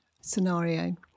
scenario